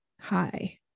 hi